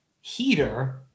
heater